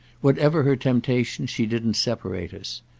whatever her temptation she didn't separate us.